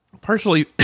partially